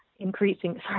increasing